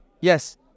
Yes